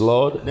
Lord